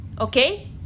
Okay